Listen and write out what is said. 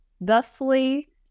thusly